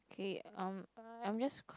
okay um I'm just